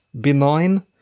benign